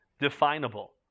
definable